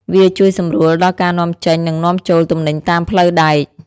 វាជួយសម្រួលដល់ការនាំចេញនិងនាំចូលទំនិញតាមផ្លូវដែក។